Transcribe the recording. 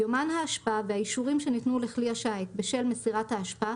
יומן האשפה והאישורים שניתנו לכלי השיט בשל מסירת האשפה